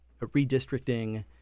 redistricting